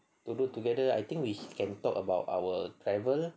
to do together I think we can talk about our travel